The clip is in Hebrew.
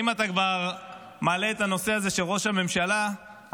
מה עם ראש הממשלה?